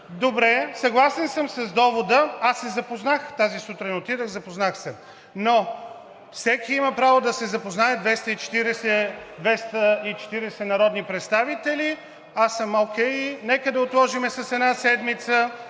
Добре, съгласен съм с довода. Аз се запознах тази сутрин – отидох, запознах се, но всеки има право да се запознае, 240 народни представители. Аз съм окей. Нека да отложим с една седмица,